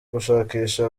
gushakisha